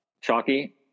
Chalky